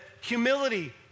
humility